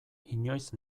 inoiz